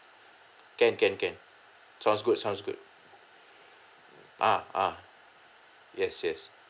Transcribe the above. can can sounds good sounds good ah ah yes yes